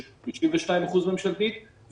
שהיא 92% ממשלתית,